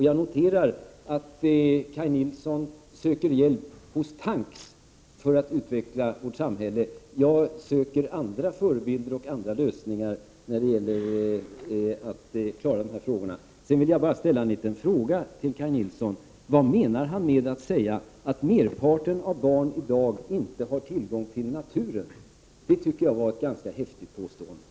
Jag noterar att Kaj Nilsson söker hjälp hos tanks för att utveckla vårt samhälle. Jag söker andra förebilder och andra lösningar när det gäller att klara de här frågorna. Jag vill bara ställa en liten fråga: Vad menar Kaj Nilsson med att säga att merparten av barn i dag inte har tillgång till naturen? Jag tycker det var ett ganska häftigt påstående!